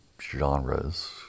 genres